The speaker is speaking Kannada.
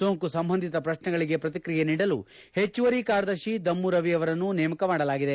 ಸೋಂಕು ಸಂಬಂಧಿತ ಪ್ರಶ್ನೆಗಳಿಗೆ ಪ್ರತಿಕ್ರಿಯೆ ನೀಡಲು ಹೆಚ್ಚುವರಿ ಕಾರ್ಯದರ್ಶಿ ದಮ್ನು ರವಿ ಅವರನ್ನು ನೇಮಕ ಮಾಡಲಾಗಿದೆ